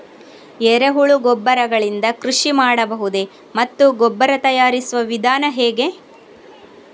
ಎರೆಹುಳು ಗೊಬ್ಬರ ಗಳಿಂದ ಕೃಷಿ ಮಾಡಬಹುದೇ ಮತ್ತು ಗೊಬ್ಬರ ತಯಾರಿಸುವ ವಿಧಾನ ಹೇಗೆ?